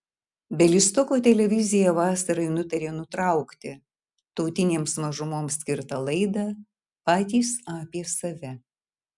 bialystoko televizija vasarai nutarė nutraukti tautinėms mažumoms skirtą laidą patys apie save